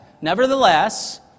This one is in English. nevertheless